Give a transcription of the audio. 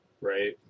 Right